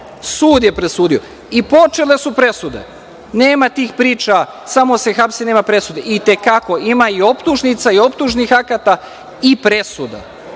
Sud je presudio i počele su presude. Nema tih priča - samo se hapse nema presude, i te kako ima i optužnica i optužnih akata i presuda